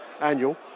annual